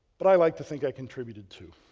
but i like to think i contributed too.